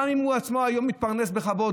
גם אם הוא עצמו היום מתפרנס בכבוד,